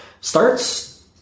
starts